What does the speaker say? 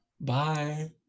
Bye